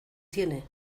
tiene